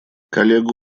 коллега